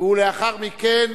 לאחר מכן,